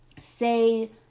say